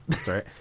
Sorry